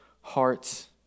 hearts